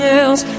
else